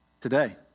today